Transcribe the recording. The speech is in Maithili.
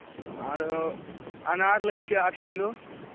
आरो अनार लैक छै आठ किलो